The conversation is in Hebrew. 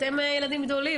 אתם ילדים גדולים,